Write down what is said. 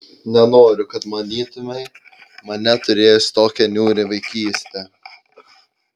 nenoriu kad manytumei mane turėjus tokią niūrią vaikystę